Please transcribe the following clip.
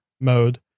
mode